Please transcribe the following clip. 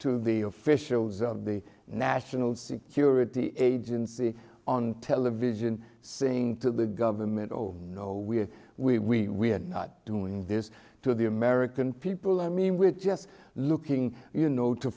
to the officials of the national security agency on television saying to the government oh no we have we are not doing this to the american people i mean we're just looking you know to